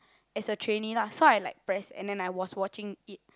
as a trainee lah so I like press and then I was watching it